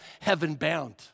heaven-bound